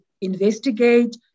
investigate